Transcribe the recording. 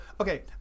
okay